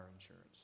insurance